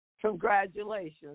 congratulations